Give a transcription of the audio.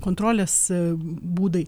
kontrolės būdai